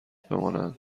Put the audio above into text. بمانند